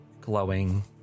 glowing